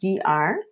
dr